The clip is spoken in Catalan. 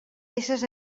peces